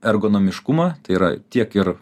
ergonomiškumą tai yra tiek ir